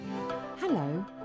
Hello